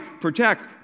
protect